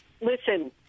Listen